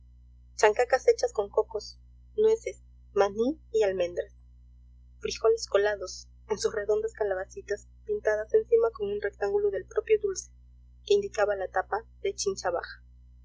chancacas hechas con cocos nueces maní y almendras frijoles colados en sus redondas calabacitas pintadas encima con un rectángulo del propio dulce que indicaba la tapa de chincha baja